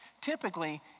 typically